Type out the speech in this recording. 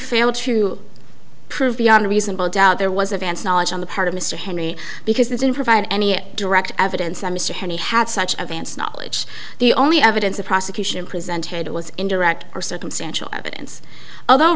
failed to prove beyond a reasonable doubt there was a dance knowledge on the part of mr henry because in provide any direct evidence that mr heney had such advanced knowledge the only evidence the prosecution presented was indirect or circumstantial evidence although